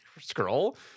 scroll